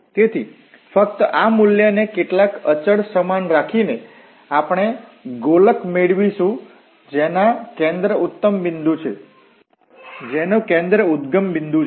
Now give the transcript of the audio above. તેથી ફક્ત આ મૂલ્યને કેટલાક અચલ સમાન રાખીને આપણે ગોલક મેળવીશું જેના કેન્દ્ર ઉદ્ગમ બિંદુ છે